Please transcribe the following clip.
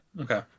Okay